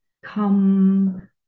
come